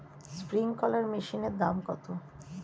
Sprinkler মেশিনের দাম কত?